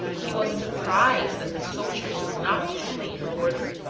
he was surprised that the soldiers were not duly in order.